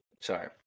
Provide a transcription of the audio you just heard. Sorry